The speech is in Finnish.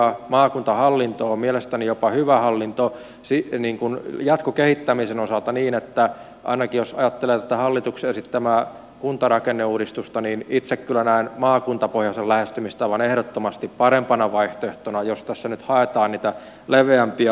maakuntahallinto on mielestäni jopa hyvä hallinto jatkokehittämisen osalta niin että ainakin jos ajattelee tätä hallituksen esittämää kuntarakenneuudistusta niin itse kyllä näen maakuntapohjaisen lähestymistavan ehdottomasti parempana vaihtoehtona jos tässä nyt haetaan niitä leveämpiä hartioita